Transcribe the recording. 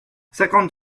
cinquante